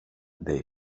dig